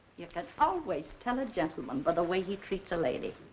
you can always tell a gentleman by the way he treats a lady.